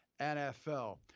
NFL